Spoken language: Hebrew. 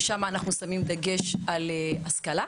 ושם אנחנו שמים דגש על השכלה.